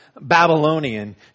Babylonian